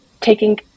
taking